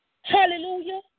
Hallelujah